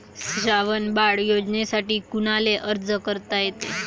श्रावण बाळ योजनेसाठी कुनाले अर्ज करता येते?